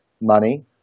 money